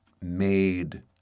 made